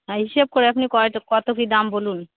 হ্যাঁ হিসেব করে আপনি কয়টা কত কি দাম বলুন